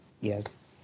yes